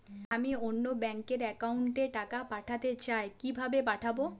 আমি অন্য ব্যাংক র অ্যাকাউন্ট এ টাকা পাঠাতে চাই কিভাবে পাঠাবো?